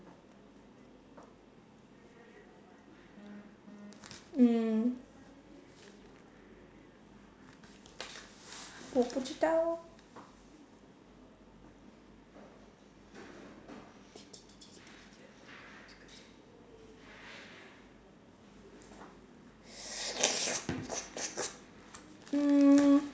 mm 我不知道